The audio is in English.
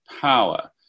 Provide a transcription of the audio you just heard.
power